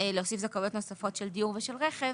להוסיף זכאויות נוספות של דיור ושל רכב,